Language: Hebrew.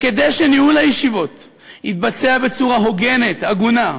כדי שניהול הישיבות יתבצע בצורה הוגנת, הגונה,